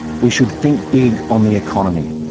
we should think big on the economy.